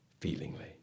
feelingly